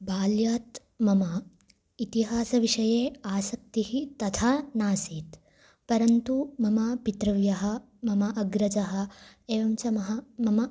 बाल्यात् मम इतिहासविषये आसक्तिः तथा नासीत् परन्तु मम पितृव्यः मम अग्रजः एवं च मम मम